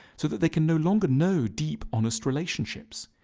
so that they can no longer know deep, honest relationships.